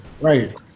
right